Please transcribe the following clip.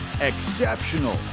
Exceptional